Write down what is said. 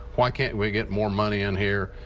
why can't we get more money in here?